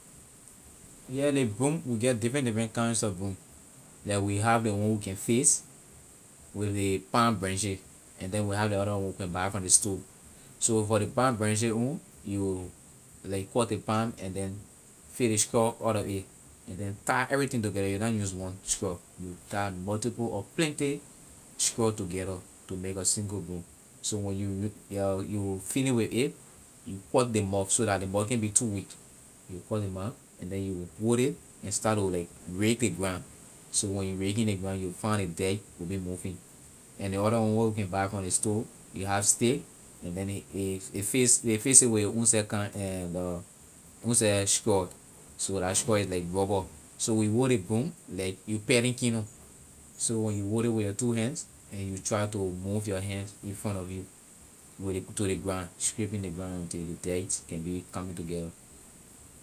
Yeah ley broom we get different different kinds of broom like we have ley one we can fix with ley palm branches and then we have ley other one we can buy from ley store so for ley palm branches own you will like cut the palm and then fix ley straw outta a and then tie everything together you will na use one straw you will tie multiple or plenty straw together to make a single broom so when you you finish with it you cut ley mouth so that ley mouth can't be too weak you will cut ley mouth and then you it and start to like rake ley ground so when you raking ley ground you find ley dart will be moving and ley other one where we can buy from ley store you have stick and then a fix ley fix it with a ownself kind and ownself straw so la straw is like rubber so when you hold ley broom like you paling canoe so when you hold it with your two hands then you try to move your hand infront of you with ley to ley ground scriping ley ground until ley dart can be coming together.